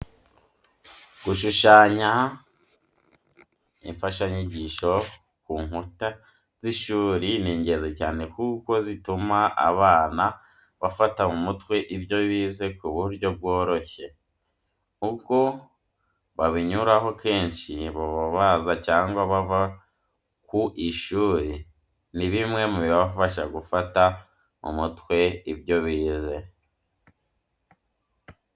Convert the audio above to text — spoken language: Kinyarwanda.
Gushushanya imfashanyigisho ku nkuta z'ishuri ni ingenzi cyane kuko zituma abana bafata mu mutwe ibyo bize ku buryo bworoshye. Uko babinyuraho kenshi baba baza cyangwa bava ku ishuri ni bimwe mu bibafasha gufata mu mutwe ibyo bize.